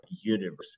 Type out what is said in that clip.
universe